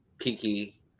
Kiki